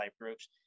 groups